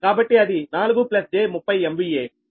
కాబట్టి అది 4 j30 MVA